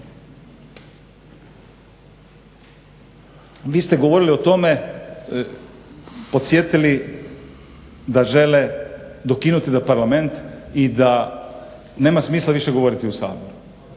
Vi ste govorili o tome, podsjetili da žele dokinuti da Parlament i da nema smisla više govoriti u Saboru.